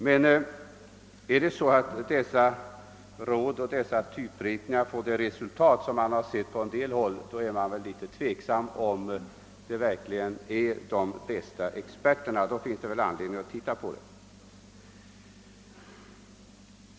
Men om dessa råd och dessa typritningar leder till de resultat som man sett på en del håll är det tveksamt om det verkligen är de bästa råd och anvisningar som ges. Det finns anledning att undersöka den saken.